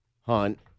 Hunt